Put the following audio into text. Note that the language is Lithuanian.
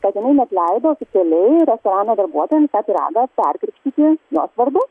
kad inai net leido oficialiai restorano darbuotojam tą pyragą perkrikštyti jos vardu